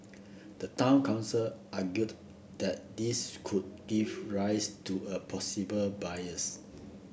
the town council argued that this could give rise to a possible bias